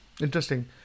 Interesting